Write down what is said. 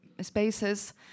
spaces